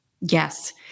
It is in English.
Yes